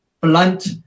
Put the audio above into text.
blunt